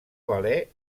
valer